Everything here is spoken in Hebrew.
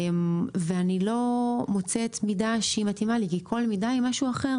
ואני לא מוצאת מידה שמתאימה לי כי כל מידה אחרת.